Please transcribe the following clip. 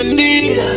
need